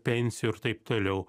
pensijų ir taip toliau